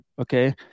Okay